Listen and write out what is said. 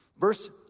Verse